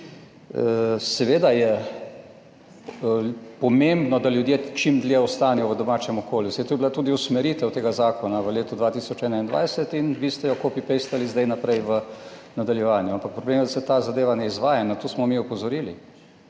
Seveda je pomembno, da ljudje čim dlje ostanejo v domačem okolju. Saj to je bila tudi usmeritev tega zakona v letu 2021 in vi ste jo copypastali zdaj naprej v nadaljevanju, ampak problem je, da se ta zadeva ne izvaja, na to smo mi opozorili.